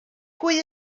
pwy